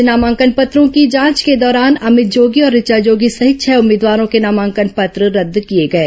आज नामांकन पत्रों की जांच के दौरान अमित जोगी और ऋचा जोगी सहित छह उम्मीदवारों के नामांकन पत्र रद्द किए गए